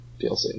DLC